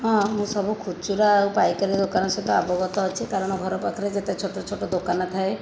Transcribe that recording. ହଁ ମୁଁ ସବୁ ଖୁଚୁରା ଆଉ ପାଇକାରୀ ଦୋକାନ ସହିତ ଅବଗତ ଅଛି କାରଣ ଘର ପାଖରେ ଯେତେ ଛୋଟ ଛୋଟ ଦୋକାନ ଥାଏ